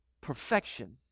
perfection